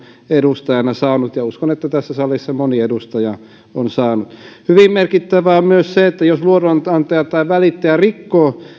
edustajana saanut ja uskon että tässä salissa moni edustaja on niitä saanut hyvin merkittävää on myös se että jos luotonantaja tai välittäjä rikkoo